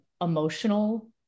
emotional